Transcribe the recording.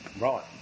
Right